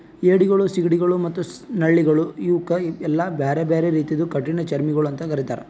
ಏಡಿಗೊಳ್, ಸೀಗಡಿಗೊಳ್ ಮತ್ತ ನಳ್ಳಿಗೊಳ್ ಇವುಕ್ ಎಲ್ಲಾ ಬ್ಯಾರೆ ಬ್ಯಾರೆ ರೀತಿದು ಕಠಿಣ ಚರ್ಮಿಗೊಳ್ ಅಂತ್ ಕರಿತ್ತಾರ್